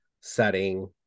setting